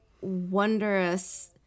wondrous